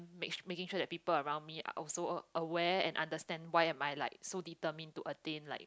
make making sure that people around me are also a aware and understand why am I like so determined to attain like